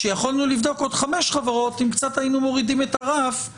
כשיכולנו לבחון עוד חמש חברות אם קצת היינו מורידים את הרף.